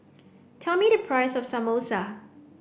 tell me the price of Samosa